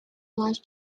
life